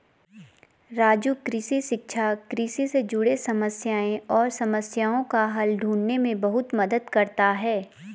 राजू कृषि शिक्षा कृषि से जुड़े समस्याएं और समस्याओं का हल ढूंढने में बहुत मदद करता है